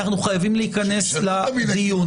אנחנו חייבים להיכנס לדיון.